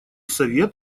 совет